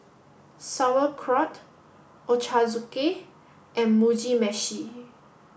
Sauerkraut Ochazuke and Mugi Meshi